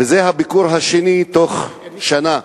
וזה הביקור השני תוך שנה.